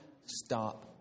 stop